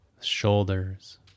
shoulders